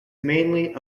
mainly